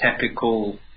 typical